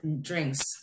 drinks